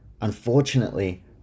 unfortunately